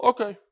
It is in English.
Okay